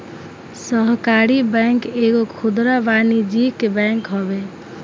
सहकारी बैंक एगो खुदरा वाणिज्यिक बैंक हवे